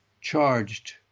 charged